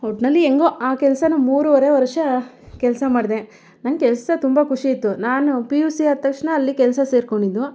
ಒಟ್ಟಿನಲ್ಲಿ ಹೆಂಗೊ ಆ ಕೆಲಸನ ಮೂರುವರೆ ವರ್ಷ ಕೆಲಸ ಮಾಡದೆ ನಂಗೆ ಕೆಲಸ ತುಂಬ ಖುಷಿ ಇತ್ತು ನಾನು ಪಿ ಯು ಸಿ ಆದ ತಕ್ಷಣ ಅಲ್ಲಿ ಕೆಲಸ ಸೇರಿಕೊಂಡಿದ್ದು